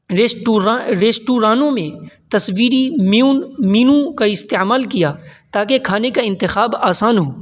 restaurant ریسٹورانوں میں تصویری میون مینو کا استعمال کیا تاکہ کھانے کا انتخاب آسان ہو